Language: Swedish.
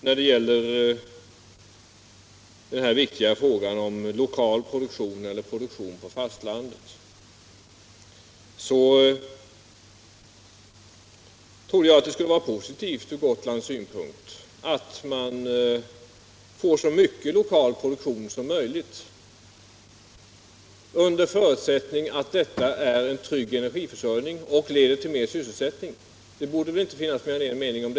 När det sedan gäller den viktiga frågan om lokal produktion eller produktion på fastlandet trodde jag att det skulle vara positivt från Gotlands synpunkt att man får så mycket av lokal produktion som möjligt, under förutsättning att det leder till en trygg energiförsörjning och till mer sysselsättning samt att en utjämning av priserna sker.